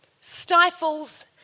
stifles